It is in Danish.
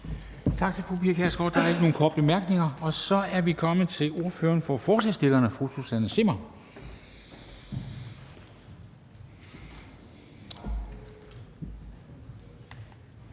Tak til fru Pia Kjærsgaard. Der er ikke nogen korte bemærkninger. Og så er vi kommet til ordføreren for forslagsstillerne, fru Susanne Zimmer,